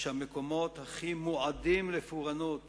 שהמקומות הכי מועדים לפורענות